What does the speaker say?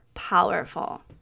powerful